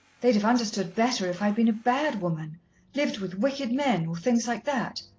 they'd have understood better if i'd been a bad woman lived with wicked men, or things like that.